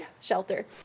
shelter